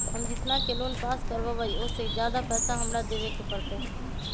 हम जितना के लोन पास कर बाबई ओ से ज्यादा पैसा हमरा देवे के पड़तई?